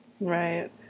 Right